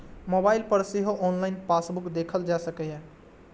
mobile पर सेहो online passbook देखल जा सकैए